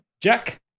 Jack